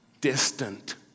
distant